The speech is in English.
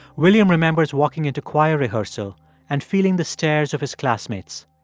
william remembers walking into choir rehearsal and feeling the stares of his classmates.